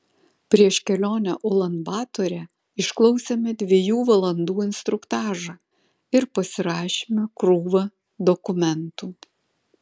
prieš kelionę ulan batore išklausėme dviejų valandų instruktažą ir pasirašėme krūvą dokumentų